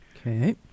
Okay